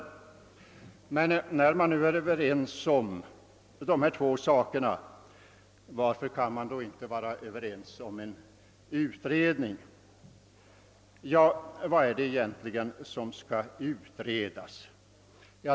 Om man nu är överens om dessa två ting, varför kan man då inte vara överens om en utredning? Ja, vad är det egentligen som skall utredas?